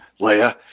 Leia